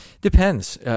depends